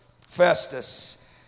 Festus